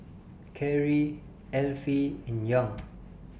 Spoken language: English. Kerry Alfie and Young